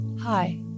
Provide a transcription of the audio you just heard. Hi